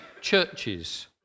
churches